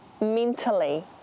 mentally